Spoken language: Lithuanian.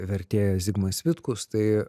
vertėjas zigmas vitkus tai